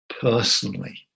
personally